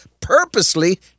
purposely